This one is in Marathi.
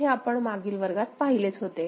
हे आपण मागील वर्गात पाहिलेच होते